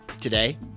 today